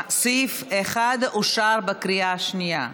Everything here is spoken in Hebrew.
סעיף 1 אושר בקריאה שנייה.